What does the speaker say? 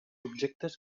objectes